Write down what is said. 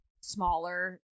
smaller